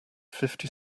fifty